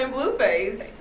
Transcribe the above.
Blueface